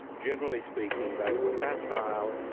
generally speaking they were facile,